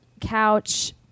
couch